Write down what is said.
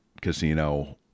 casino